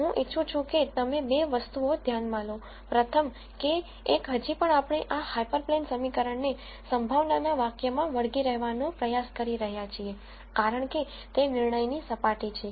હું ઇચ્છું છું કે તમે બે વસ્તુઓ ધ્યાનમાં લો - પ્રથમ કે એક હજી પણ આપણે આ હાયપરપ્લેન સમીકરણને સંભાવના વાક્ય માં વળગી રહેવાનો પ્રયાસ કરી રહ્યા છીએ કારણ કે તે નિર્ણયની સપાટી છે